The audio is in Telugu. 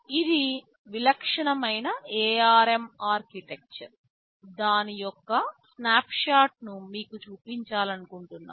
ఇది విలక్షణమైన ARM ఆర్కిటెక్చర్ దాని యొక్క స్నాప్షాట్ను మీకు చూపించాలనుకుంటున్నాను